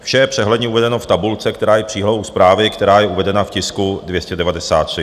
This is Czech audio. Vše je přehledně uvedeno v tabulce, která je přílohou zprávy, která je uvedena v tisku 293.